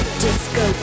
disco